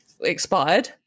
expired